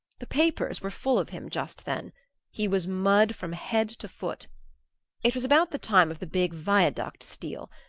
the papers were full of him just then he was mud from head to foot it was about the time of the big viaduct steal,